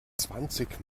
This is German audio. zwanzig